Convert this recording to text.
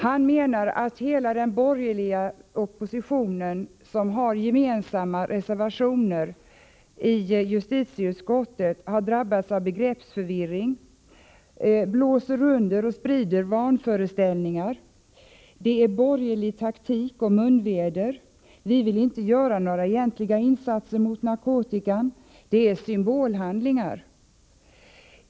Han menar att hela den borgerliga oppositionen, som avgivit gemensamma reservationer i justitieutskottet, har drabbats av begreppsförvirring samt blåser under och sprider vanföreställningar. Det är borgerlig taktik och munväder, vi inom de borgerliga partierna vill inte göra några egentliga insatser mot narkotikan, det rör sig om symbolhandlingar.